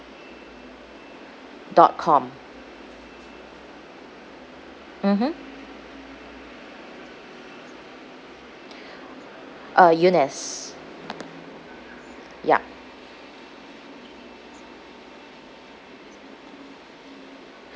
dot com mmhmm uh eunice yup